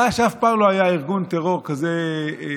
דאעש אף פעם לא היה ארגון טרור כזה חזק